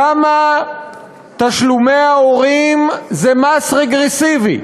כמה תשלומי ההורים זה מס רגרסיבי,